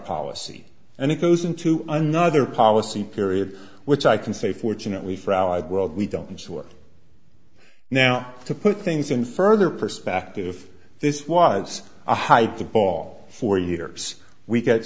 policy and it goes into another policy period which i can say fortunately for allied world we don't work now to put things in further perspective this was a hide to ball for years we get